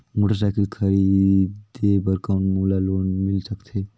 Motorcycle खरीदे बर कौन मोला लोन मिल सकथे?